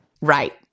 Right